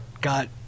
got